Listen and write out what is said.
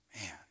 Man